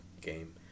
game